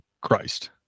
Christ